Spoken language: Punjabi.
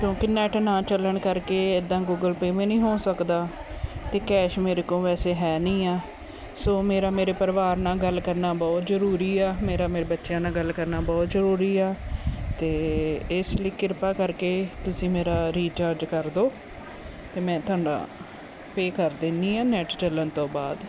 ਕਿਉਂਕਿ ਨੇਟ ਨਾ ਚੱਲਣ ਕਰਕੇ ਇੱਦਾਂ ਗੂਗਲ ਪੇ ਵੀ ਨਹੀਂ ਹੋ ਸਕਦਾ ਅਤੇ ਕੈਸ਼ ਮੇਰੇ ਕੋਲ ਵੈਸੇ ਹੈ ਨਹੀਂ ਆ ਸੋ ਮੇਰਾ ਮੇਰੇ ਪਰਿਵਾਰ ਨਾਲ ਗੱਲ ਕਰਨਾ ਬਹੁਤ ਜ਼ਰੂਰੀ ਆ ਮੇਰਾ ਮੇਰੇ ਬੱਚਿਆਂ ਨਾਲ ਗੱਲ ਕਰਨਾ ਬਹੁਤ ਜ਼ਰੂਰੀ ਆ ਅਤੇ ਇਸ ਲਈ ਕਿਰਪਾ ਕਰਕੇ ਤੁਸੀਂ ਮੇਰਾ ਰੀਚਾਰਜ ਕਰ ਦਿਓ ਅਤੇ ਮੈਂ ਤੁਹਾਡਾ ਪੇ ਕਰ ਦਿੰਦੀ ਆ ਨੈਟ ਚੱਲਣ ਤੋਂ ਬਾਅਦ